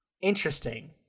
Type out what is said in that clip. Interesting